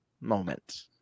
moment